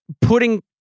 putting